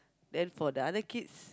then for the other kids